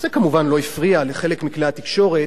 זה כמובן לא הפריע לחלק מכלי התקשורת,